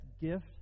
gift